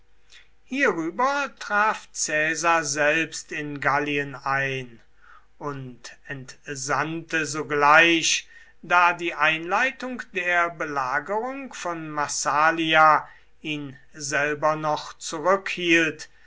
hierüber traf caesar selbst in gallien ein und entsandte sogleich da die einleitung der belagerung von massalia ihn selber noch